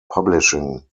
publishing